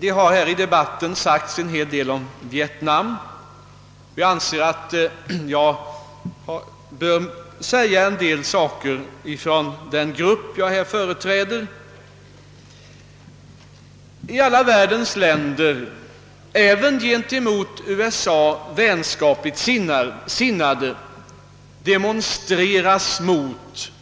Det har här i debatten sagts en hel del om Vietnam, och jag anser att jag bör göra några påpekanden för den grupp jag här företräder. I alla världens länder, även gentemot USA vänskapligt sinnade, demonstreras det mot